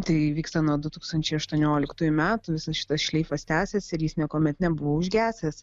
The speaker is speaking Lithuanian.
tai įvyksta nuo du tūkstančiai aštuonioliktųjų metų visas šitas šleifas tęsiasi ir jis niekuomet nebuvo užgesęs